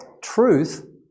Truth